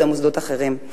זה היה במוסדות אחרים.